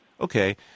Okay